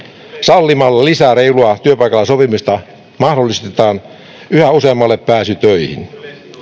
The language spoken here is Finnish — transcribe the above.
sallimalla lisää reilua työpaikalla sopimista mahdollistetaan yhä useammalle pääsy töihin